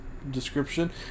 description